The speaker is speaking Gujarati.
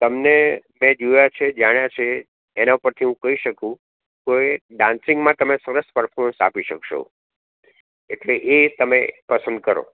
તમને મે જોયા છે જાણ્યા છે એના પરથી હું કહી સકું કોઈ ડાન્સિંગમાં તમે સરસ પર્ફોમએન્સ આપી સકસો એટેલે એ તમે પસંદ કરો